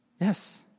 Yes